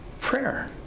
Prayer